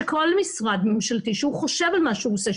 שכל משרד ממשלתי שהוא חושב על מה שהוא עושה,